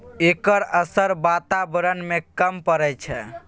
एकर असर बाताबरण में कम परय छै